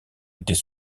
était